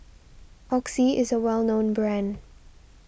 Oxy is a well known brand